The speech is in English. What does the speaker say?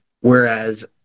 Whereas